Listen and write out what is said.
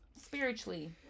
spiritually